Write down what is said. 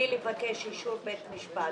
בלי לבקש אישור בית משפט.